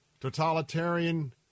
totalitarian